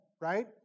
right